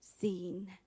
seen